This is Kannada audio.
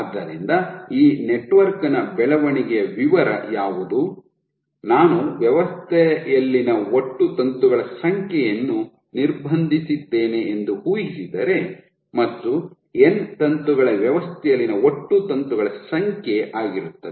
ಆದ್ದರಿಂದ ಈ ನೆಟ್ವರ್ಕ್ ನ ಬೆಳವಣಿಗೆಯ ವಿವರ ಯಾವುದು ನಾನು ವ್ಯವಸ್ಥೆಯಲ್ಲಿನ ಒಟ್ಟು ತಂತುಗಳ ಸಂಖ್ಯೆಯನ್ನು ನಿರ್ಬಂಧಿಸಿದ್ದೇನೆ ಎಂದು ಊಹಿಸಿದರೆ ಮತ್ತು ಎನ್ ತಂತು ವ್ಯವಸ್ಥೆಯಲ್ಲಿನ ಒಟ್ಟು ತಂತುಗಳ ಸಂಖ್ಯೆ ಆಗಿರುತ್ತದೆ